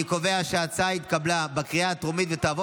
אני קובע שההצעה התקבלה בקריאה הטרומית ותעבור